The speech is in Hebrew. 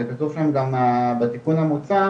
זה כתוב שם בטיפול המוצע,